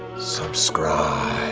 subscribe.